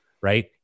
right